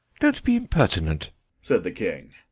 don't be impertinent said the king,